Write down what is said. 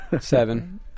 Seven